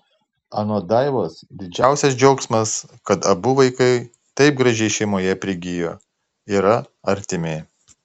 anot daivos didžiausias džiaugsmas kad abu vaikai taip gražiai šeimoje prigijo yra artimi